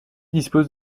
dispose